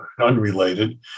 unrelated